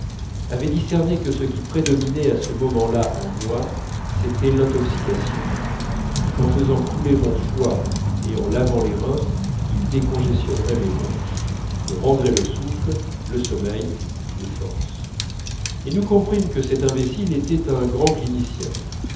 avait discerné que ce qui prédominait à ce moment-là en moi c'était l'intoxication et qu'en faisant couler mon foie et en lavant mes reins il décongestionnerait mes bronches me rendrait le souffle le sommeil les forces et nous comprîmes que cet imbécile était un grand clinicien